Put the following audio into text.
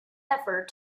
effort